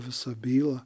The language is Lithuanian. visą bylą